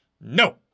No